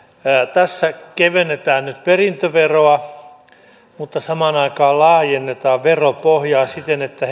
tässä kevennetään nyt perintöveroa mutta samaan aikaan laajennetaan veropohjaa siten että